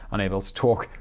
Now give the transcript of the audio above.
unable to talk,